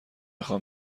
خوام